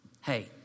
Hey